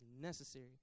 necessary